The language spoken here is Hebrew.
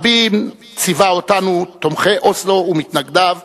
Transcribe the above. רבין ציווה אותנו, תומכי אוסלו ומתנגדיו,